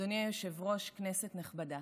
אדוני היושב-ראש, כנסת נכבדה,